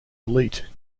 elite